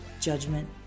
Judgment